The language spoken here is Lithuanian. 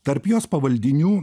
tarp jos pavaldinių